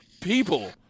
people